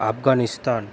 Afghanistan